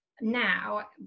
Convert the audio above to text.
now